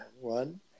one